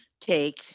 take